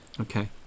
Okay